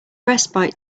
respite